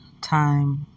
time